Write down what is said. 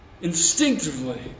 instinctively